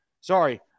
sorry